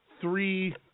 three